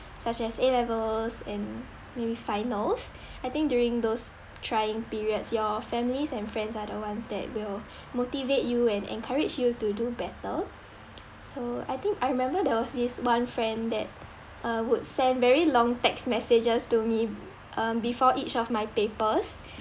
such as A levels and maybe finals I think during those trying periods your families and friends are the ones that will motivate you and encourage you to do better so I think I remember there was this one friend that uh would send very long text messages to me um before each of my papers